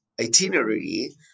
itinerary